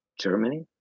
Germany